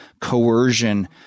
coercion